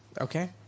okay